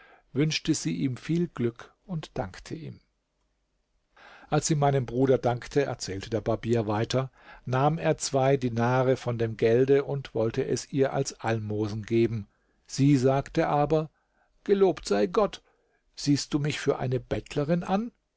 wünschte sie ihm viel glück und dankte ihm als sie meinem bruder dankte erzählte der barbier weiter nahm er zwei dinare von dem gelde und wollte es ihr als almosen geben sie sagte aber gelobt sei gott siehst du mich für eine bettlerin an